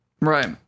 right